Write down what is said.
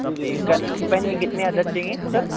جی کل پنج کتنے عدد چاہئیں سر